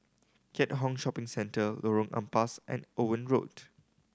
Keat Hong Shopping Centre Lorong Ampas and Owen Road